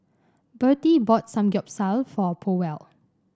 Birtie bought Samgyeopsal for Powell